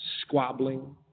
squabbling